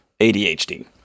ADHD